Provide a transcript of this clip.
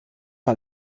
war